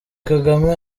kagame